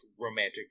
romantic